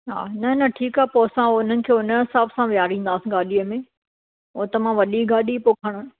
हा न न ठीकु आहे पोइ असां हुननि खे हुन हिसाब सां विहारींदासीं गाॾीअ में उहो त मां वॾी गाॾी पोइ खणा